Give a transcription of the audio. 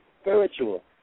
spiritual